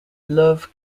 love